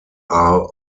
are